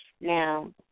Now